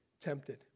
tempted